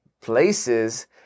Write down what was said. places